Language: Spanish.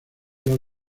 los